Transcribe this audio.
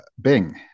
Bing